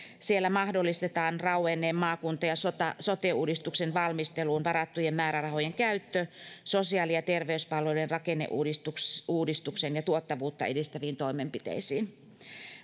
siellä mahdollistetaan rauenneen maakunta ja sote sote uudistuksen valmisteluun varattujen määrärahojen käyttö sosiaali ja terveyspalvelujen rakenneuudistukseen ja tuottavuutta edistäviin toimenpiteisiin